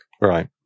Right